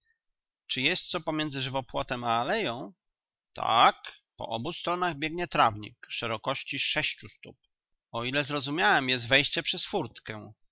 czy jest co pomiędzy żywopłotem a aleją tak po obu stronach biegnie trawnik szerokości sześciu tu o ile zrozumiałem jest wejście przez furtkę